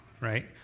right